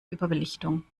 überbelichtung